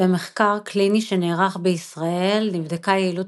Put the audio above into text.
במחקר קליני שנערך בישראל נבדקה יעילות